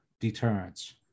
deterrence